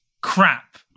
crap